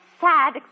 sad